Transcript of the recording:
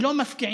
(מתרגם